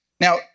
Now